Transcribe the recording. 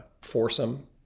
foursome